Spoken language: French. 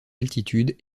altitude